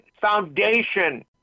foundation